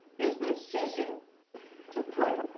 is the decision to put,